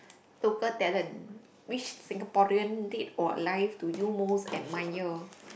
local talent which Singaporean dead or alive do you most admire